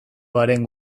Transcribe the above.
garen